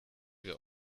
wir